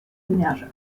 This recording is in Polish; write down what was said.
wymiarze